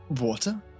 water